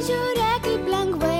žiūrėk kaip lengvai